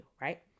right